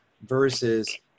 versus